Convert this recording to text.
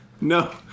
No